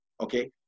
okay